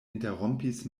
interrompis